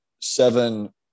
seven